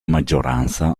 maggioranza